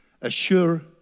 assure